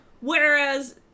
Whereas